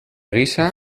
gisa